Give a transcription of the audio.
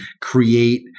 create –